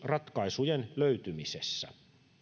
ratkaisujen löytymisessä